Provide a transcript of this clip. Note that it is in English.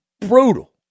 brutal